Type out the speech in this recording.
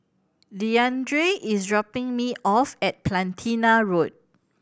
Deandre is dropping me off at Platina Road